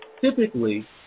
typically